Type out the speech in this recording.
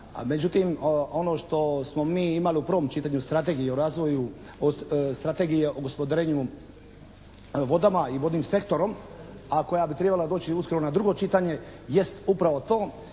Međutim, ono što smo mi imali u prvom čitanju strategije o razvoju, strategije o gospodarenju vodama i vodnim sektorom a koja bi trebala doći uskoro na drugo čitanje jest upravo to